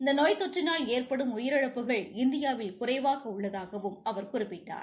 இந்த நோய் தொற்றினால் ஏற்படும் உயிரிழப்புகள் இந்தியாவில் குறைவாக உள்ளதகாவும் அவர் குறிப்பிட்டார்